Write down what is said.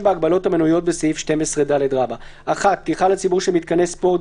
בהגבלות המנויות בסעיף 12ד: (1)פתיחה לציבור של מתקני ספורט,